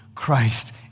Christ